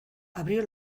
abrió